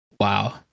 Wow